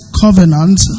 covenant